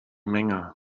menge